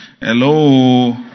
Hello